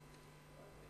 אדוני